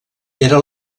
era